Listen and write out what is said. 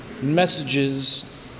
messages